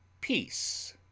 Peace